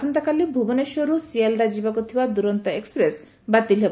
ଆସନ୍ତାକାଲି ଭୁବନେଶ୍ୱରରୁ ସିଆଲ୍ଦା ଯିବାକୁ ଥିବା ଦୂରନ୍ତ ଏକ୍ପ୍ରେସ୍ ମଧ୍ଧ ବାତିଲ୍ ହେବ